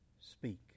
Speak